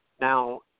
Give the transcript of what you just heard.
Now